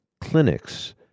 clinics